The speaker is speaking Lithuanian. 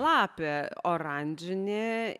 lapė oranžinė